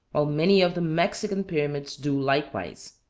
while many of the mexican pyramids do likewise.